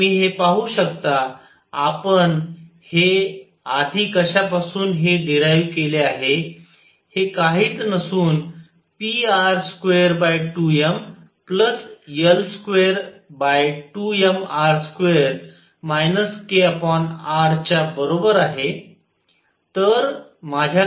आणि तुम्ही हे पाहू शकता आपण हे आधी कश्यापासून हे डीराइव्ह केले आहे हे काहीच नसून pr22mL22mr2 krच्या बरोबर आहे